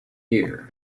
year